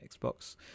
Xbox